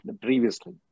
previously